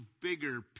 bigger